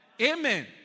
Amen